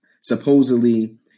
Supposedly